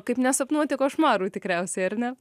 kaip nesapnuoti košmarų tikriausiai ar ne